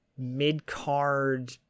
mid-card